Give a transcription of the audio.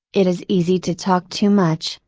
it is easy to talk too much,